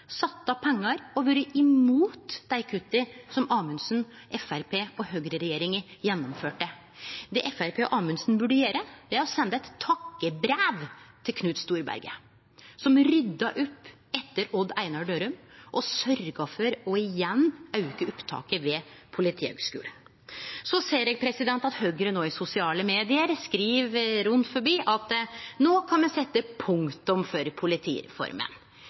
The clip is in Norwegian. har blitt gjennomførte, sett av pengar og vore imot dei kutta som Amundsen, Framstegspartiet og høgreregjeringa gjennomførte. Det Framstegspartiet og Amundsen bør gjere, er å sende eit takkebrev til Knut Storberget, som rydda opp etter Odd Einar Dørum og sørgde for igjen å auke opptaket til Politihøgskolen. Så ser eg at Høgre i sosiale medium skriv rundt omkring at no kan me setje punktum for politireforma.